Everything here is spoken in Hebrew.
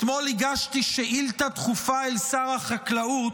אתמול הגשתי שאילתה דחופה לשר החקלאות: